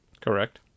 Correct